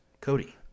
Cody